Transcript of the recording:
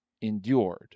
endured